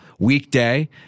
weekday